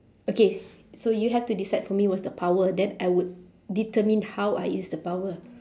okay so you have to decide for me what's the power then I would determine how I use the power